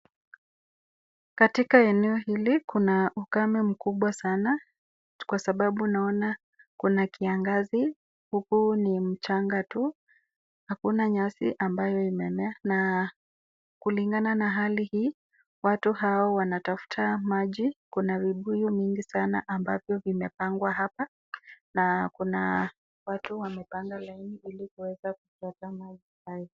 Katika eneo hili kuna ukame mkubwa sana, kwa sababu naona kuna kiangazi, huku ni mchanga tu hakuna nyasi ambayo imemea na kulingana na hali hii watu hao wanatafuta maji, kuna vibuyu mingi sana mabavyo vimepengwa hapa na kuna watu wamepanga laini ilikuweza kupata maji hayo.